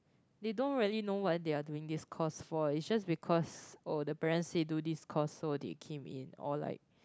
they don't really know what they are doing this course for is just because or the parents said do this course so they came in all like